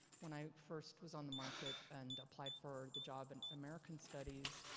when i first was on the market, and applied for the job in american studies,